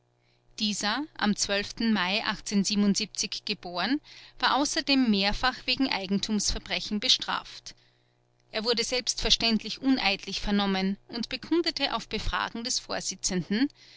dieser am mai geboren war außerdem mehrfach wegen eigentumsverbrechen bestraft er wurde selbstverständlich uneidlich vernommen und bekundete auf befragen des vorsitzenden